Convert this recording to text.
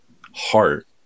heart